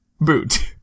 Boot